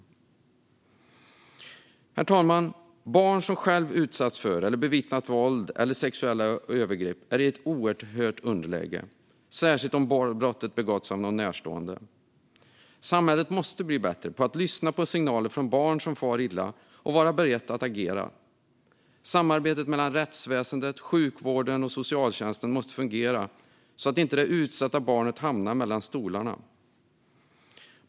Herr talman! Barn som själva utsatts för eller bevittnat våld eller sexuella övergrepp är i ett oerhört underläge, särskilt om brottet begåtts av någon närstående. Samhället måste bli bättre på att lyssna på signaler från barn som far illa och vara berett att agera. Samarbetet mellan rättsväsen, sjukvård och socialtjänst måste fungera så att det utsatta barnet inte hamnar mellan stolarna.